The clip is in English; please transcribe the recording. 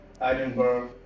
edinburgh